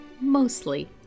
mostly